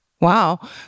Wow